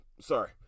Sorry